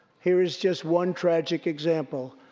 here is just one tragic example.